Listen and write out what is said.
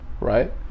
Right